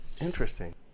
Interesting